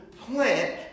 plant